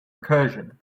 recursion